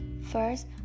First